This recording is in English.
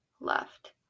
left